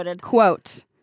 quote